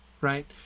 right